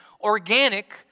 organic